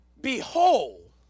Behold